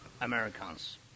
Americans